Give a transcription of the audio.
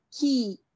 key